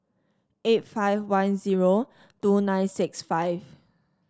eight five one zero two nine six five